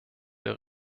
der